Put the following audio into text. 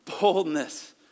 boldness